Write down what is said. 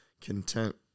content